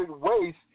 waste